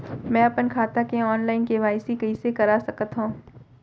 मैं अपन खाता के ऑनलाइन के.वाई.सी कइसे करा सकत हव?